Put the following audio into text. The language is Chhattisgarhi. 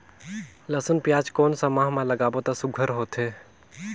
लसुन पियाज कोन सा माह म लागाबो त सुघ्घर होथे?